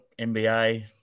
NBA